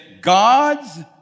God's